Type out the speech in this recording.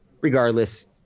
regardless